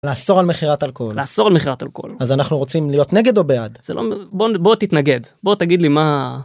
-לאסור על מכירת אלכוהול -לאסור מכירת אלכוהול -אז אנחנו רוצים להיות נגד או בעד? -בוא תתנגד, בוא תגיד לי מה.